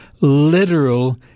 literal